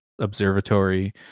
observatory